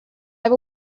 i’ve